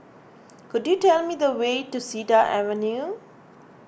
could you tell me the way to Cedar Avenue